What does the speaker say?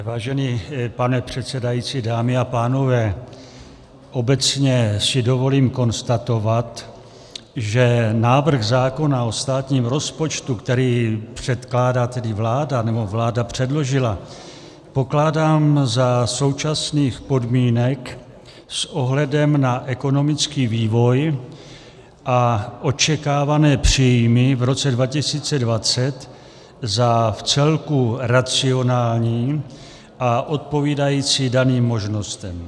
Vážený pane předsedající, dámy a pánové, obecně si dovolím konstatovat, že návrh zákona o státním rozpočtu, který předkládá tedy vláda, nebo vláda předložila, pokládám za současných podmínek s ohledem na ekonomický vývoj a očekávané příjmy v roce 2020 za vcelku racionální a odpovídající daným možnostem.